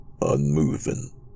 unmoving